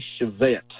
Chevette